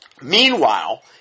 Meanwhile